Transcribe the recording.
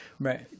Right